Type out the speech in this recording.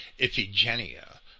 Iphigenia